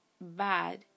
bad